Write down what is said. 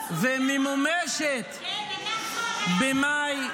וממומשת במאי או לא?